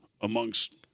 amongst